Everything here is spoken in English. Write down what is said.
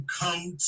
come